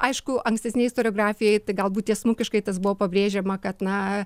aišku ankstesnėj istoriografijoj galbūt tiesmukiškai tas buvo pabrėžiama kad na